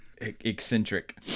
eccentric